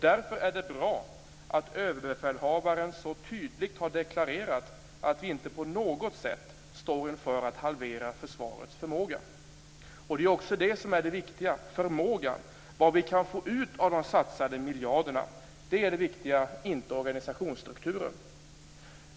Därför är det bra att överbefälhavaren så tydligt deklarerat att vi inte på något sätt står inför att halvera försvarets förmåga. Det viktiga är förmågan, vad vi kan få ut av de satsade miljarderna, inte organisationsstrukturen.